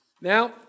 now